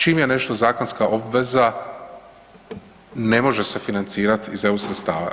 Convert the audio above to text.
Čim je nešto zakonska obveza, ne može se financirati iz EU sredstava.